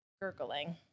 Gurgling